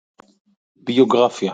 ביוגרפיה